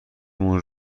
مون